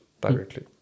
directly